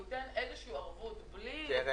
הוא ייתן איזושהי ערבות בלי ---?